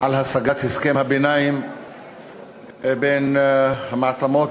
על השגת הסכם הביניים בין המעצמות